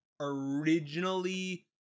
originally